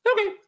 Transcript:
Okay